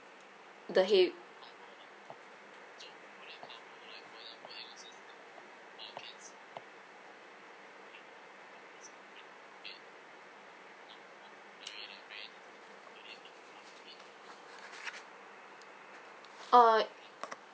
the hea~ uh